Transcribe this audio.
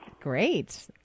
Great